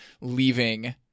leaving